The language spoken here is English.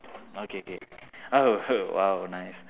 okay okay oh !wow! nice